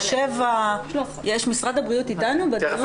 או 7. משרד הבריאות אתנו בדיון?